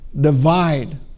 divide